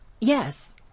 Yes